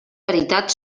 veritat